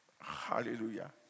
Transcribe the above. Hallelujah